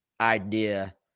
idea